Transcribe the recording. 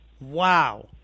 Wow